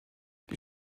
die